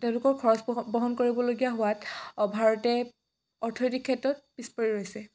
তেওঁলোকৰ খৰচ বহন কৰিবলগীয়া হোৱাত ভাৰতে অৰ্থনৈতিক ক্ষেত্ৰত পিছ পৰি ৰৈছে